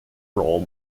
role